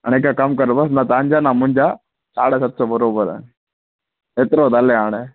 अने हिक कम करो न तव्हांजा न मुंहिंजा साढा सत सौ बराबरि आहे एतिरो त हले हाणे